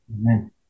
Amen